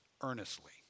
earnestly